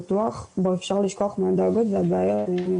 בטוח בו אפשר לשכוח מהדאגות והבעיות.